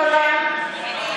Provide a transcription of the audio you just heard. אינו נוכח בועז טופורובסקי,